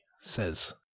says